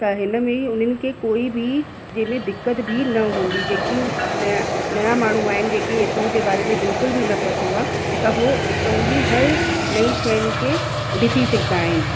त हिन में ई हुननि खे कोई बि जंहिं में दिक़त बि न हूंदी जेकियूं नवां नवां माण्हू आहिनि जेके हितां जे बारे में बिल्कुलु बि पतो आहे त उहो हितां जी हर नईं शयुनि खे ॾिसी सघंदा आहिनि